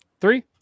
three